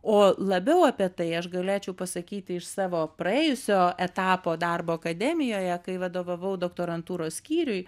o labiau apie tai aš galėčiau pasakyti iš savo praėjusio etapo darbo akademijoje kai vadovavau doktorantūros skyriui